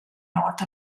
north